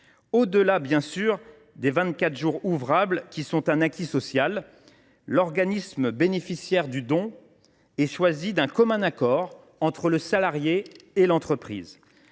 au delà, bien sûr, des vingt quatre jours ouvrables, qui sont un acquis social. L’organisme bénéficiaire du don est choisi d’un commun accord entre le salarié et l’entreprise.